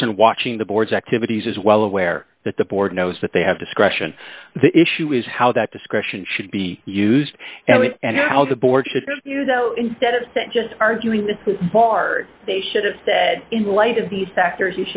person watching the board's activities is well aware that the board knows that they have discretion the issue is how that discretion should be used and how the board should use so instead of just arguing this was barred they should have said in light of the factors